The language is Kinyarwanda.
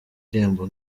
irembo